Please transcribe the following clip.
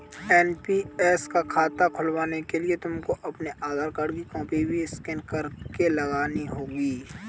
NPS का खाता खुलवाने के लिए तुमको अपने आधार कार्ड की कॉपी भी स्कैन करके लगानी होगी